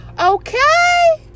Okay